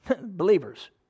believers